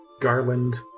Garland